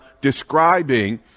describing